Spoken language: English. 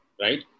right